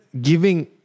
giving